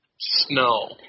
Snow